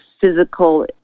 physical